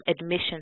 admission